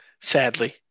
Sadly